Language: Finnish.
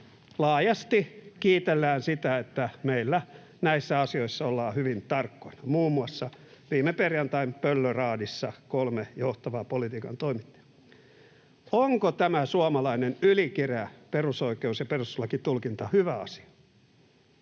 laajasti kiitellään sitä, että meillä näissä asioissa ollaan hyvin tarkkoja, muun muassa viime perjantain Pöllöraadissa kolme johtavaa politiikan toimittajaa. Onko tämä suomalainen ylikireä perusoikeus- ja perustuslakitulkinta hyvä asia?